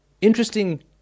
interesting